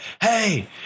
Hey